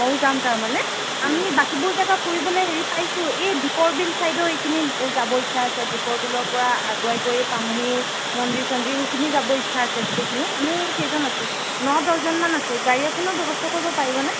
ময়ো যাম তাৰমানে আমি বাকীবোৰ জাগা ফুৰিবলৈ হেৰি পাইছোঁ এই দ্বীপৰ বিল চাইডৰ এইখিনি যাব ইচ্ছা আছে দ্বীপৰ বিলৰ পৰা আগুৱাই গৈ পামহি মন্দিৰ চন্দিৰ সেইখিনি যাব ইচ্ছা আছে গোটেইখিনি আমি কেইজন আছোঁ ন দহজন মান আছোঁ গাড়ী এখনৰ ব্যৱস্থা কৰিব পাৰিবনে